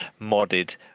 modded